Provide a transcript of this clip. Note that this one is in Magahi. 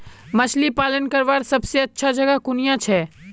मछली पालन करवार सबसे अच्छा जगह कुनियाँ छे?